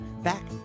back